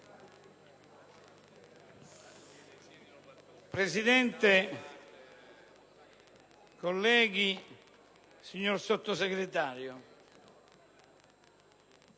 Presidente, colleghi, signor Sottosegretario,